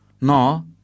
no